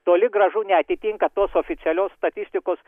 toli gražu neatitinka tos oficialios statistikos